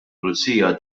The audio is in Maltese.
pulizija